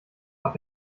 hat